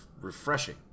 refreshing